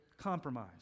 compromise